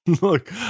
look